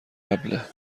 قبله